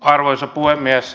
arvoisa puhemies